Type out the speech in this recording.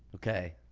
okay.